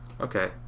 Okay